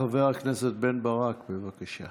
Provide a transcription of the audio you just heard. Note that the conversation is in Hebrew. חבר הכנסת בן ברק, בבקשה.